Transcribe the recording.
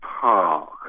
Park